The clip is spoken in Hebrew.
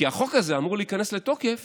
כי החוק הזה אמור להיכנס לתוקף